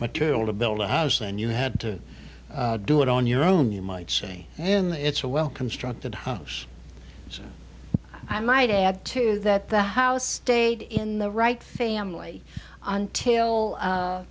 material to build a house and you had to do it on your own you might say in the it's a well constructed homes so i might add to that the house stayed in the right family until